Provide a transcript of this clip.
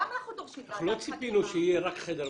לא ציפינו שיהיה רק חדר מצב,